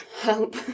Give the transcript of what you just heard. help